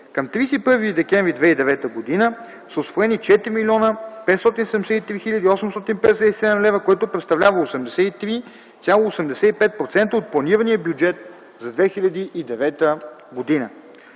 Към 31 декември 2009 г. са усвоени 4 млн. 573 хил. 857 лв., което представлява 83,85% от планирания бюджет за 2009 .